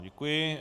Děkuji.